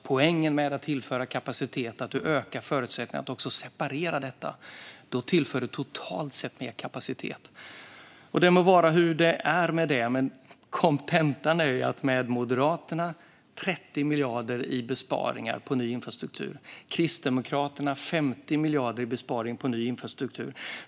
Poängen med att tillföra kapacitet är att man också ökar förutsättningarna att separera trafiken. Då tillför man totalt sett mer kapacitet. Det må vara hur som helst med det, men kontentan är att Moderaterna gör besparingar på 30 miljarder på ny infrastruktur, och Kristdemokraterna gör besparingar på 50 miljarder på ny infrastruktur.